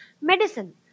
medicine